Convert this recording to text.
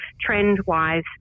trend-wise